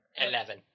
Eleven